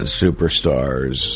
superstars